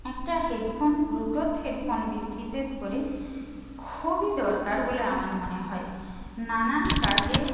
একটা headphone bluetooth headphone বিশেষ করে খুবই দরকার বলে আমার মনে হয় নানান কাজে